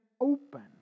open